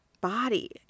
body